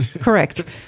Correct